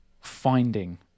finding